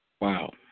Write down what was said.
Wow